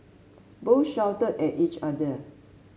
both shouted at each other